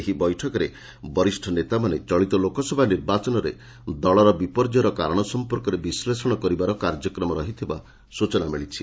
ଏହି ବୈଠକରେ ବରିଷ୍ଠ ନେତାମାନେ ଚଳିତ ଲୋକସଭା ନିର୍ବାଚନରେ ଦଳର ବିପର୍ଯ୍ୟୟର କାରଣ ସଂପର୍କରେ ବିଶ୍ଳେଷଣ କରିବାର କାର୍ଯ୍ୟକ୍ରମ ରହିଥିବା ସ୍ଚଚନା ମିଳିଛି